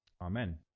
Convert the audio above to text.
Amen